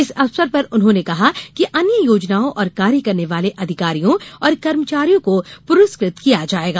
इस अवसर पर उन्होंने कहा कि अन्य योजनाओं और कार्य करने वाले आधिकारियों और कर्मचारियों को पूरस्कृत किया जायेगा